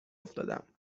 افتادم